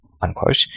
unquote